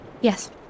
Yes